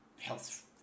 health